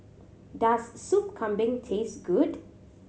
does Sop Kambing taste good